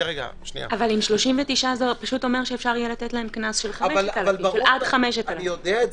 עם 39 זה פשוט אומר שאפשר יהיה לתת להם קנס עד 5,000. אני יודע,